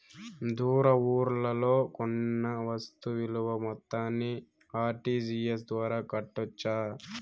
దూర ఊర్లలో కొన్న వస్తు విలువ మొత్తాన్ని ఆర్.టి.జి.ఎస్ ద్వారా కట్టొచ్చా?